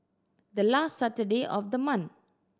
the last Saturday of the month